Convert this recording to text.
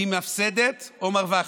היא מפסדת או מרווחת,